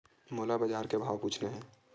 मोला बजार के भाव पूछना हे?